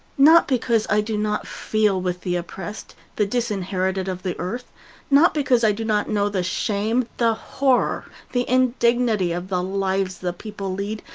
not because i do not feel with the oppressed, the disinherited of the earth not because i do not know the shame, the horror, the indignity of the lives the people lead,